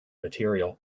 material